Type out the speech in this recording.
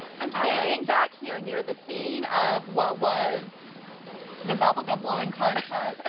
i'm standing back here near the scene of what was the bubble gum blowing contest,